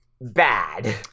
bad